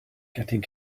getting